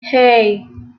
hey